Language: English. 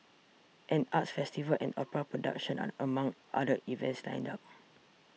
an arts festival and opera production are among other events lined up